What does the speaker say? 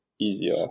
easier